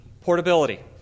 Portability